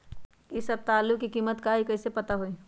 इ सप्ताह में आलू के कीमत का है कईसे पता होई?